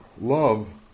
Love